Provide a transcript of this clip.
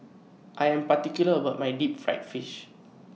I Am particular about My Deep Fried Fish